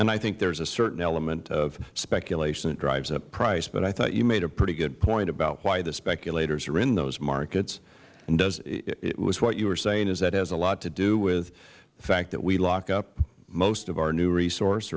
and i think there is a certain element of speculation that drives up price but i thought you made a pretty good point about why the speculators are in those markets is what you were saying is that has a lot to do with the fact that we lock up most of our new resource